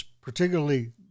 particularly